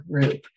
group